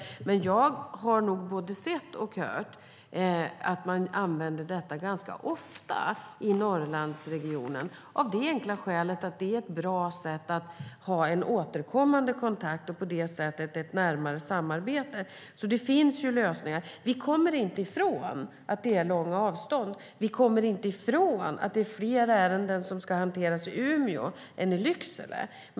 Jag har både sett och hört att det används ganska ofta i Norrlandsregionen av det enkla skälet att det är ett bra sätt att ha en återkommande kontakt och därmed ett närmare samarbete. Det finns alltså lösningar. Vi kommer inte ifrån att det är långa avstånd. Vi kommer inte ifrån att det är fler ärenden som ska hanteras i Umeå än i Lycksele.